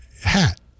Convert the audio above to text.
hat